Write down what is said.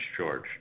George